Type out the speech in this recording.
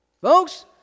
Folks